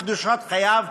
בקדושת חייו,